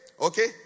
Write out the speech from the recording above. Okay